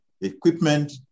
equipment